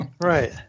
Right